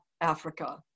Africa